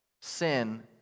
sin